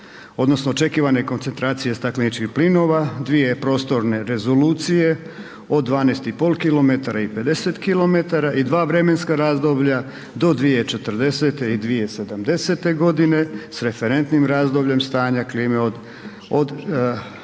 odnosno očekivane koncentracije stakleničkih plinova, dvije prostorne rezolucije od 12,5 km i 50 km i dva vremenska razdoblja do 2040. i 2070. godine s referentnim razdobljem stanja klime od